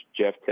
Jeff